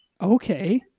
Okay